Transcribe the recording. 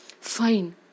Fine